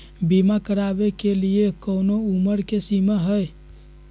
बीमा करावे के लिए कोनो उमर के सीमा है?